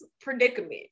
predicament